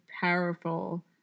powerful